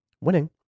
Winning